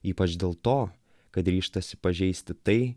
ypač dėl to kad ryžtasi pažeisti tai